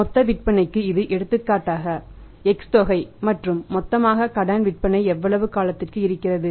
மொத்த விற்பனைக்கு இது எடுத்துக்காட்டாக X தொகை மற்றும் மொத்தமாக கடன் விற்பனை எவ்வளவு காலத்திற்குள் இருக்கிறது